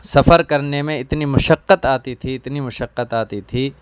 سفر کرنے میں اتنی مشقت آتی تھی اتنی مشقت آتی تھی